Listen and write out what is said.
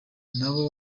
n’abo